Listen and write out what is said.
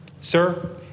sir